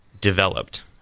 developed